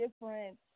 different